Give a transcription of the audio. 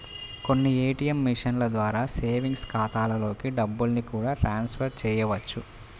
కొన్ని ఏ.టీ.యం మిషన్ల ద్వారా సేవింగ్స్ ఖాతాలలోకి డబ్బుల్ని కూడా ట్రాన్స్ ఫర్ చేయవచ్చు